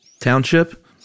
Township